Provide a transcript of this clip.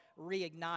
Reignite